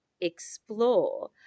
explore